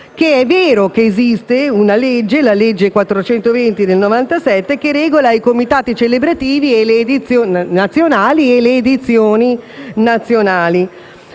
che è vero che esiste una legge, la n. 420 del 1997, che regola i comitati celebrativi nazionali e le edizioni nazionali,